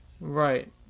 right